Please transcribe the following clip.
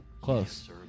Close